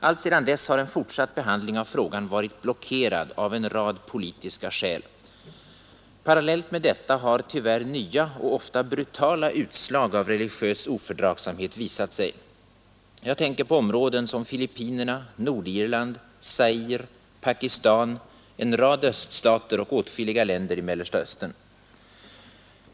Alltsedan dess har en fortsatt behandling av frågan varit blockerad av en rad politiska skäl. Parallellt med detta har tyvärr nya och ofta brutala utslag av religiös ofördragsamhet visat sig. Jag tänker på områden som Filippinerna, Nordirland, Zaire, Pakistan, en rad öststater och åtskilliga länder i Mellersta Östern.